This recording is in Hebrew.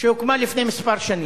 שהוקמה לפני כמה שנים,